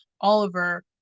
Oliver